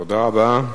תודה רבה.